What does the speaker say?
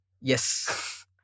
yes